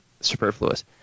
superfluous